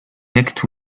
next